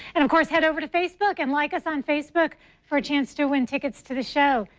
and of course head over to facebook and like us on facebook for a chance to win tickets to the show.